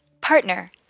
Partner